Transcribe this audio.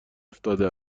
افتاده